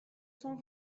cent